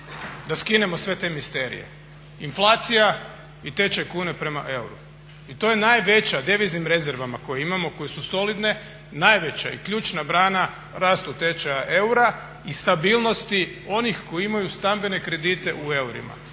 da skinemo sve te misterije, inflacija i tečaj kune prema euru. I to je najveća, deviznim rezervama koje imamo, koje su solidne, najveća i ključna brana rastu tečaja eura i stabilnosti onih koji imaju stambene kredite u eurima.